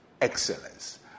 excellence